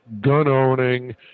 gun-owning